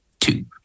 two